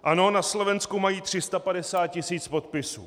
Ano, na Slovensku mají 350 tisíc podpisů.